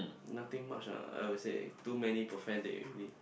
nothing much ah I would say too many perfect date already